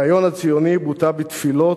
הרעיון הציוני בוטא בתפילות,